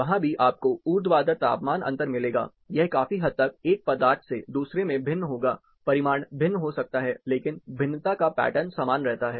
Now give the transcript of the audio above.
वहां भी आपको ऊर्ध्वाधर तापमान अंतर मिलेगा यह काफी हद तक एक पदार्थ से दूसरे में भिन्न होगा परिमाण भिन्न हो सकता है लेकिन भिन्नता का पैटर्न समान रहता है